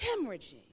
hemorrhaging